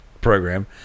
program